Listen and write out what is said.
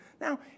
Now